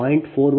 u right